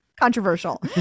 controversial